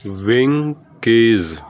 Winkies